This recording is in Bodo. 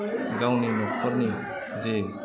गानमि न'खरनि जे